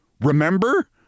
Remember